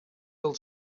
del